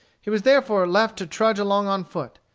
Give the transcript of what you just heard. he was therefore left to trudge along on foot.